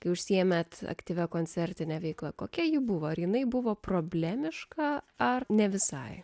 kai užsiėmėte aktyvia koncertine veikla kokia ji buvo ar jinai buvo problemiška ar ne visai